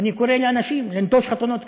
ואני קורא לאנשים לנטוש חתונות כאלה.